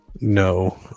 no